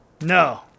No